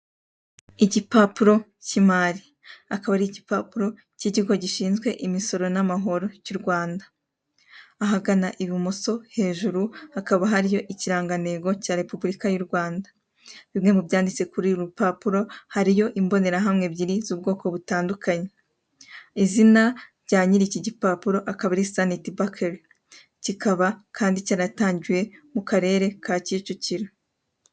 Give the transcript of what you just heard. Igipapuro kimari akaba ari igipapuro cy'ikigo gishinzwe imisoro n'amahoro cyu Rwanda ahagana ibumoso hejuru hakaba hariyo ikirangantego cya repuburika zu Rwanda bimwe mu byanditse kuri uru rupapuro hariyo imbonerahamwe ebyiri z'ubwoko butandukanye izina rya nyiri iki gipapuro akaba ari Sanet bakery kikaba kandi cyaratangiwe mu karere ka kicukiro.